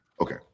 Okay